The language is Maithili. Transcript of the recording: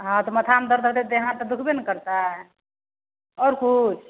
हँ तऽ माथामे दरद हेतै तऽ देह हाथ तऽ दुखबे ने करतै आओर किछु